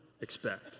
expect